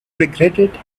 regretted